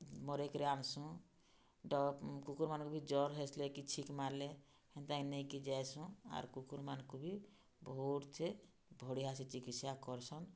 ମରେଇକରି ଆନ୍ସୁଁ ତ କୁକୁର୍ମାନ୍ଙ୍କୁ ବି ଜର୍ ହେଲେ କି ଛିକ୍ ମାରିଲେ ହେନ୍ତାକି ନେଇକି ଯାଏସୁଁ ଆର୍ କୁକୁର୍ ମାନ୍ଙ୍କୁ ବି ବହୁତ୍ ସେ ବଢ଼ିଆ ସେ ଚିକିତ୍ସା କର୍ସନ୍